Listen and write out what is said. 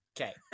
Okay